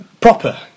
Proper